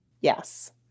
Yes